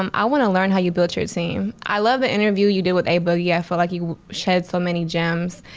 um i wanna learn how you built your team. i love the interview you did with a-boogie. i feel like you shed so many gems.